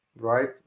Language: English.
Right